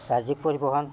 ৰাজ্যিক পৰিবহণ